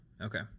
Okay